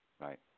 Right